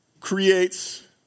creates